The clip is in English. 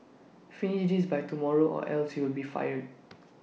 finish this by tomorrow or else you'll be fired